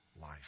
life